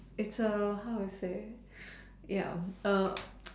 it's err how to say ya err